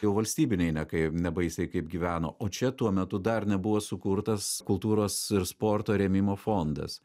jau valstybinei ne kai nebaisiai kaip gyveno o čia tuo metu dar nebuvo sukurtas kultūros ir sporto rėmimo fondas